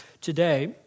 today